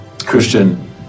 Christian